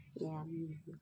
ಯಾ